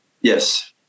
Yes